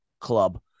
club